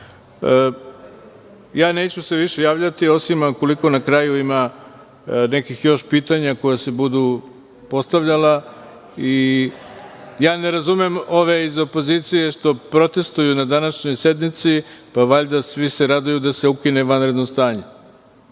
se više javljati, osim ukoliko na kraju ima nekih još pitanja koja se budu postavljala. Ne razumem ove iz opozicije što protestuju na današnjoj sednici. Pa valjda se svi raduju da se ukine vanredno stanje.